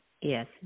Yes